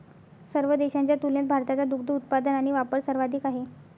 सर्व देशांच्या तुलनेत भारताचा दुग्ध उत्पादन आणि वापर सर्वाधिक आहे